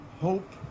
hope